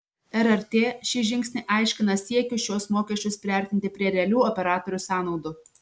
rrt šį žingsnį aiškina siekiu šiuos mokesčius priartinti prie realių operatorių sąnaudų